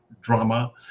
drama